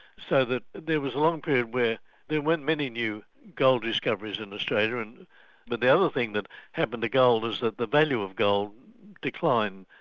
so that there was a long period where there weren't many new gold discoveries in australia. and but the other thing that happened to gold is that the value of gold declined.